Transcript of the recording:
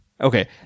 Okay